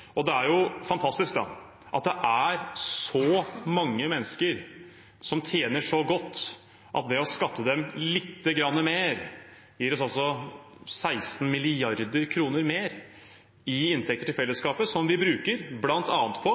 systemet. Det er jo fantastisk at det er så mange mennesker som tjener så godt at ved å skatte dem lite grann mer, gir det oss 16 mrd. kr mer i inntekter til fellesskapet, som vi bruker til bl.a.